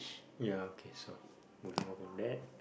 ya okay so moving on from that